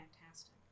Fantastic